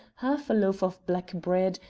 half a loaf of black bread,